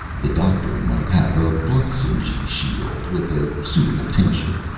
the doctor might have a lozengy shield with a suitable tincture,